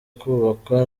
kubakwa